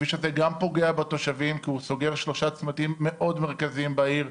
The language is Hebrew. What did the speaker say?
הכביש הזה גם פוגע בתושבים כי הוא סוגר שלושה צמתים מאוד מרכזיים בעיר,